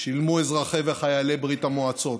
שילמו אזרחי וחיילי ברית המועצות.